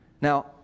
Now